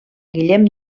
guillem